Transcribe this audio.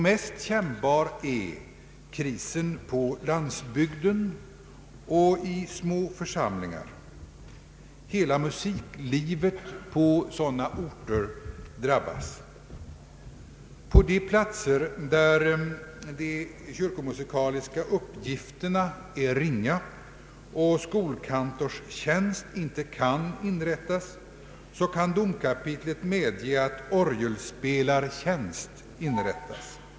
Mest kännbar är krisen på landsbygden och i små församlingar. Hela musiklivet på sådana orter drabbas. På de platser där de kyrkomusikaliska uppgifterna är ringa och skolkantorstjänst inte kan inrättas äger domkapitlet medge att orgelspelartjänst inrättas.